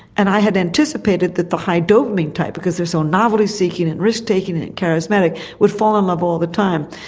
and i had anticipated that the high dopamine type because they are so novelty seeking and risk taking and charismatic would fall in love all the time.